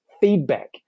feedback